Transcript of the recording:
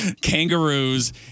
kangaroos